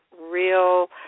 real